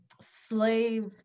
slave